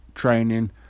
training